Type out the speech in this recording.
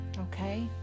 Okay